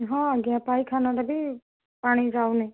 ହଁ ଆଜ୍ଞା ପାଇଖାନାରେ ବି ପାଣି ଯାଉନି